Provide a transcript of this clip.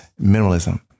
minimalism